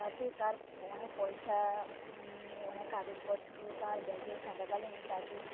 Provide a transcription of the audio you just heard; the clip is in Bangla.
তাতে তার অনেক পয়সা এমনিও অনেক কাগজপত্র তার ব্যাগে থাকাকালীন তাকে